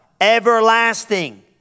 Everlasting